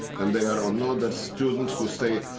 and there are another students who stay